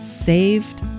saved